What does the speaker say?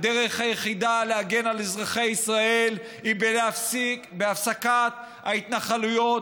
הדרך היחידה להגן על אזרחי ישראל היא בהפסקת ההתנחלויות,